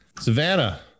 Savannah